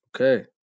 Okay